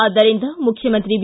ಆದ್ದರಿಂದ ಮುಖ್ಶಮಂತ್ರಿ ಬಿ